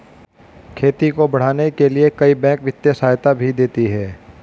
खेती को बढ़ाने के लिए कई बैंक वित्तीय सहायता भी देती है